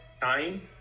time